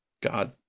God